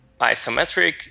isometric